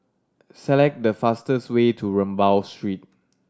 select the fastest way to Rambau Street